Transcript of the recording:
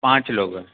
पाँच लोग है